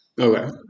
Okay